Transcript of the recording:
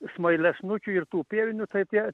smailiasnukių ir tų pievinių tai tie